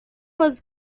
was